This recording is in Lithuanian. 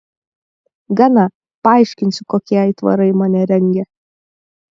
gana paaiškinsiu kokie aitvarai mane rengia